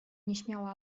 nieśmiała